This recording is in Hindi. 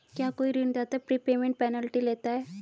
क्या कोई ऋणदाता प्रीपेमेंट पेनल्टी लेता है?